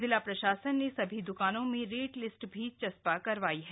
जिला प्रशासन ने सभी द्वकानों में रेट लिस्ट भी चस्पा करवाई है